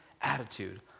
attitude